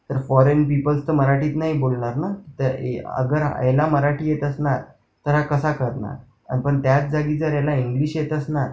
तर foreign peoples तर मराठीत नाही बोलणार ना तर ए अगर यांना मराठी येत असणार तर हा कसा करणार आणि पण त्याच जागी जर याला इंग्लिश येत असणार